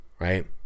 right